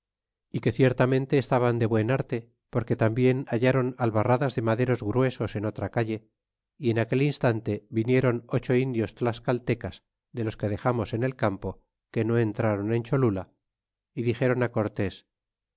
y que ciertamente estaban de buen arte porque tambien hallaron albarradas de maderos gruesos en otra calle y en aquel instante vintéron ocho indios tlascaltecas de los que dexamos en el campo que no entraron en cholo la y dixéron